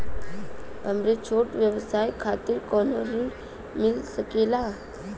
हमरे छोट व्यवसाय खातिर कौनो ऋण मिल सकेला?